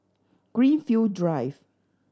Greenfield Drive